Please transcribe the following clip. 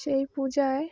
সেই পূজায়